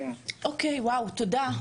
אוקיי, תודה.